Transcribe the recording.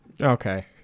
Okay